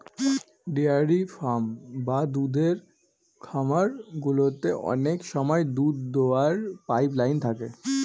dairy farm বা দুধের খামার গুলোতে অনেক সময় দুধ দোওয়ার পাইপ লাইন থাকে